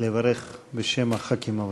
לברך בשם חברי הכנסת הוותיקים.